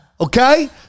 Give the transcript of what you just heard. okay